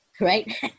Right